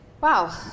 Wow